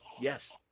yes